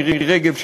מירי רגב,